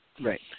Right